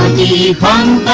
the palm